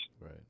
Right